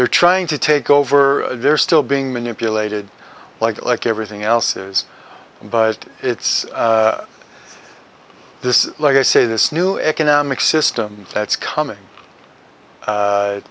they're trying to take over they're still being manipulated like like everything else is but it's this like i say this new economic system that's coming